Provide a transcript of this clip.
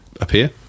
appear